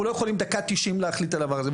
אנחנו לא יכולים בדקה ה-90 להחליט על הדבר הזה.